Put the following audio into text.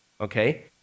okay